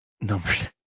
numbers